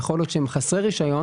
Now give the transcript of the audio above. יכול להיות שהם חסרי רישיון,